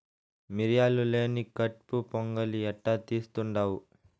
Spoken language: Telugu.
మిరియాలు లేని కట్పు పొంగలి ఎట్టా తీస్తుండావ్